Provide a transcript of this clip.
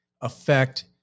affect